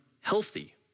healthy